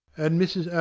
and mrs.